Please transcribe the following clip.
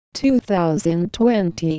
2020